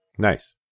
Nice